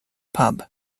pub